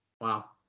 Wow